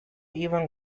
even